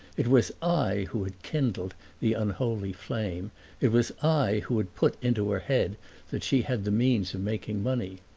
it was i who had kindled the unholy flame it was i who had put into her head that she had the means of making money.